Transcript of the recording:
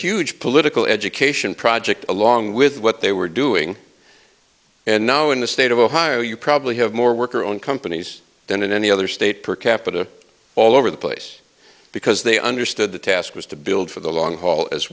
huge political education project along with what they were doing and now in the state of ohio you probably have more work or own companies than any other state per capita all over the place because they understood the task was to build for the long haul as